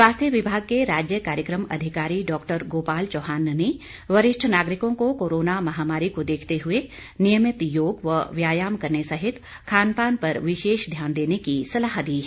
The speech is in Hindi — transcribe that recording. स्वास्थ्य विभाग के राज्य कार्यक्रम अधिकारी डॉ गोपाल चौहान ने वरिष्ठ नागरिकों से कोरोना महामारी को देखते हुए नियमित योग व व्यायाम करने सहित खानपान पर विशेष ध्यान देने की सलाह दी है